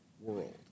world